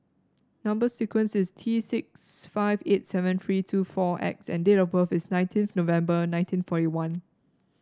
number sequence is T six five eight seven three two four X and date of birth is nineteenth November nineteen forty one